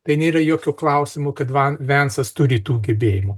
tai nėra jokio klausimo kad van vencas turi tų gebėjimų